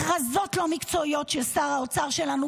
הכרזות לא מקצועיות של שר האוצר שלנו